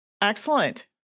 Excellent